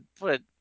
put